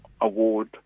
Award